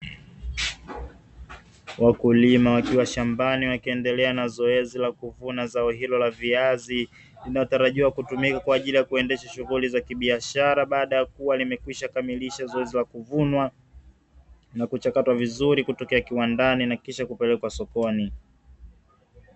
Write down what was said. Wakulima wakiwa shambani, wakiendelea na zoezi la kuvuna zao hilo la viazi, linalotarajiwa kutumika kwa ajili ya kuendesha shughuli za kibiashara, baada ya kuwa limekwisha kamilisha zoezi la kuvunwa, na kuchakatwa vizuri kutokea kiwandani na kisha kupelekwa sokoni.